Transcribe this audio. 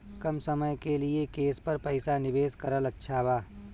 कम समय के लिए केस पर पईसा निवेश करल अच्छा बा?